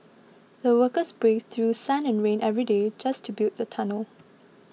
the workers braved through sun and rain every day just to build the tunnel